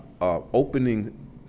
Opening